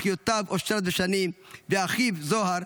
אחיותיו אושרת ושני ואחיו זוהר,